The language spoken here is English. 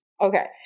okay